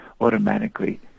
automatically